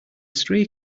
stray